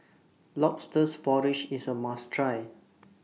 Lobsters Porridge IS A must Try